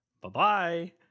Bye-bye